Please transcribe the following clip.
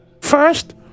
first